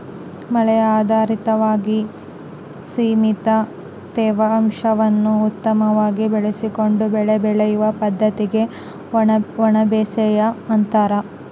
ಮಳೆ ಆಧಾರಿತವಾಗಿ ಸೀಮಿತ ತೇವಾಂಶವನ್ನು ಉತ್ತಮವಾಗಿ ಬಳಸಿಕೊಂಡು ಬೆಳೆ ಬೆಳೆಯುವ ಪದ್ದತಿಗೆ ಒಣಬೇಸಾಯ ಅಂತಾರ